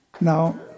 Now